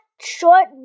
short